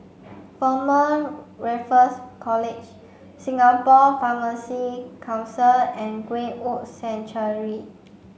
Former Raffles College Singapore Pharmacy Council and Greenwood Sanctuary